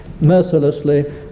mercilessly